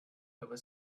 over